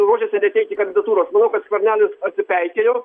ruošiasi neteikti kandidatūros manau kad skvernelis atsipeikėjo